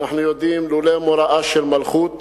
אנחנו יודעים שלולא מוראה של מלכות